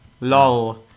LOL